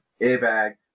airbag